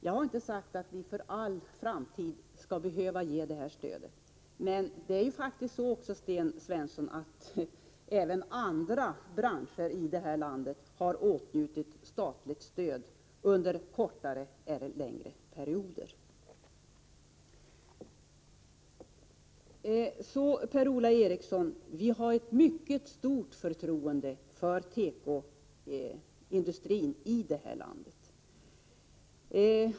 Jag har inte sagt att vi för all framtid skall behöva ge detta stöd. Men, Sten Svensson, även andra branscher i detta land har åtnjutit statligt stöd under kortare eller längre perioder. Vi har mycket stort förtroende för tekoindustrin i detta land.